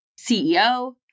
CEO